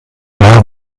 war